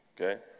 Okay